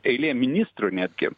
eilė ministrų netgi